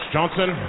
Johnson